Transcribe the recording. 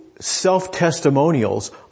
self-testimonials